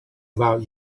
about